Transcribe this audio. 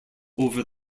over